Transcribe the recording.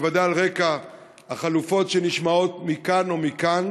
בוודאי על רקע החלופות שנשמעות מכאן ומכאן,